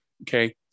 Okay